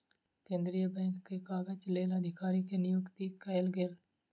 केंद्रीय बैंक के काजक लेल अधिकारी के नियुक्ति कयल गेल